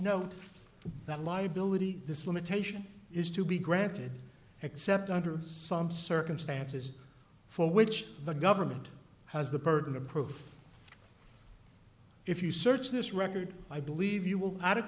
note that liability this limitation is to be granted except under some circumstances for which the government has the burden of proof if you search this record i believe you will